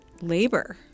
labor